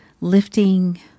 lifting